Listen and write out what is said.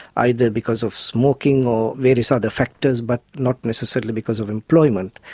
either because of smoking or various other factors but not necessarily because of employment.